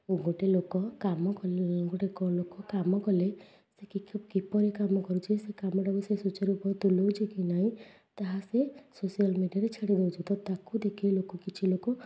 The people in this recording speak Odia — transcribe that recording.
ଗୋଟେ ଲୋକ କାମ ଗୋଟେ ଲୋକ କାମ କଲେ ସେ କି କି କିପରି କାମ କରୁଛି ସେ କାମଟାକୁ ସେ ସୂଚାର ରୂପେ ତୁଲୋଉଛି କି ନାଇଁ ତାହା ସେ ସୋସିଆଲ ମିଡ଼ିଆରେ ଛାଡ଼ି ଦେଉଛି ତ ତାକୁ ଦେଖିକି ଲୋକ କିଛି ଲୋକ